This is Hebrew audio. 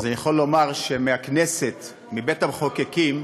אני יכול לומר שמהכנסת, מבית המחוקקים,